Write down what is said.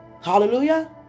Hallelujah